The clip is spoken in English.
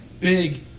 Big